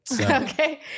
Okay